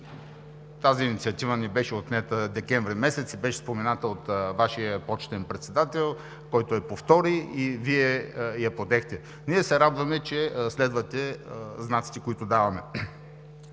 тази инициатива ни беше отнета декември месец и беше спомената от Вашия почетен председател, който я повтори и Вие я подехте. Ние се радваме, че следвате знаците, които даваме.